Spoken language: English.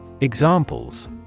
Examples